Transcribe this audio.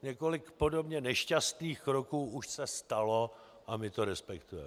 Několik podobně nešťastných kroků už se stalo a my to respektujeme.